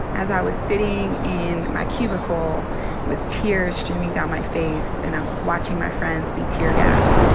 as i was sitting in my cubicle with tears streaming down my face and i was watching my friends be teargassed.